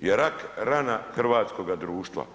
je rak rana hrvatskoga društva.